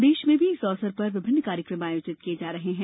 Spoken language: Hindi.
प्रदेश में भी इस अवसर पर विभिन्न कार्यक्रम आयोजित किये जा रहे हैं